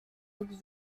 hood